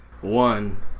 One